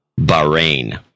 Bahrain